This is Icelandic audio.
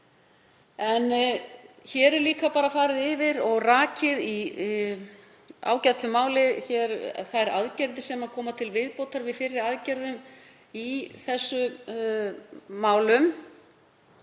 Hér er líka farið yfir og raktar í ágætu máli þær aðgerðir sem koma til viðbótar við fyrri aðgerðir í þessum málum.